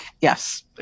Yes